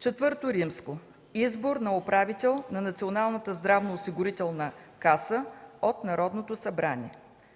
ІV. Избор на управител на Националната здравноосигурителна каса от Народното събрание.